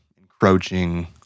encroaching